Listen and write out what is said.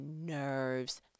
nerves